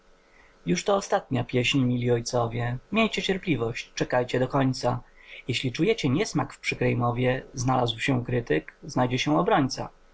komnaty jużto ostatnia pieśń mili ojcowie miejcie cierpliwość czekajcie do końca jeśli czujecie niesmak w przykrej mowie znalazł się krytyk znajdzie się obrońca